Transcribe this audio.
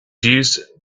used